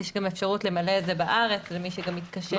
יש גם אפשרות למלא את זה בארץ למי שגם מתקשה.